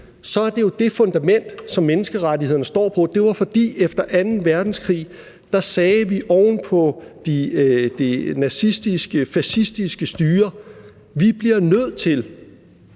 er det jo det fundament, som menneskerettighederne står på: Det var, fordi vi efter anden verdenskrig, oven på det nazistiske, fascistiske styre, sagde: Vi bliver nødt til